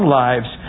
lives